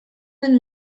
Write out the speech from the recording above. den